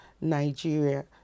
Nigeria